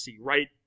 right